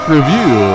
Review